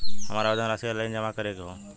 हमार आवेदन राशि ऑनलाइन जमा करे के हौ?